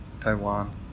Taiwan